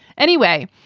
anyway,